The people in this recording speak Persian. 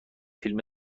فیلم